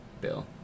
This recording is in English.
Bill